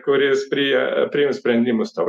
kuris prie priims sprendimus tau